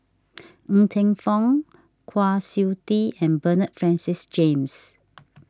Ng Teng Fong Kwa Siew Tee and Bernard Francis James